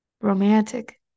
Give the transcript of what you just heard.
Romantic